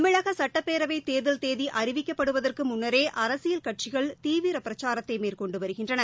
தமிழக சட்டப்பேரவைத் தேர்தல் தேதி அறிவிக்கப்படுதற்கு முன்னரே அரசியல் கட்சிகள் தீவிர பிரச்சாரத்தை மேற்கொண்டு வருகின்றன